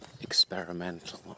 experimental